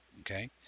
okay